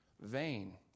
vain